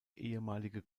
ehemalige